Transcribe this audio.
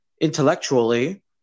intellectually